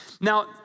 Now